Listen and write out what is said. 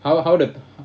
ho~ how the